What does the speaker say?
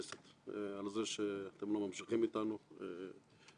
לגברתי מזכירת הכנסת וצוות הוועדה,